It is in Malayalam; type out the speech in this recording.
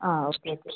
ആ ഓക്കെ ഓക്കെ